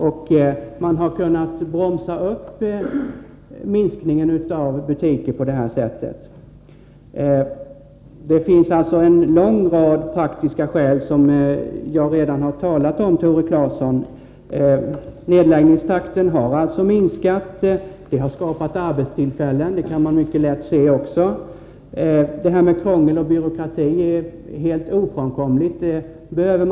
Man har på det här sättet bromsat upp nedläggningen av butiker. Det finns alltså en lång rad praktiska skäl som jag redan har talat om, Tore Claeson, för fria affärstider. Nedläggningstakten har minskat. De fria affärstiderna har skapat arbetstillfällen — det kan man också mycket lätt se. Krångel och byråkrati är helt ofrånkomliga vid en reglering.